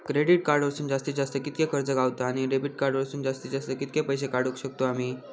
Credit card वरसून जास्तीत जास्त कितक्या कर्ज गावता, आणि डेबिट कार्ड वरसून जास्तीत जास्त कितके पैसे काढुक शकतू आम्ही?